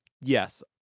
Yes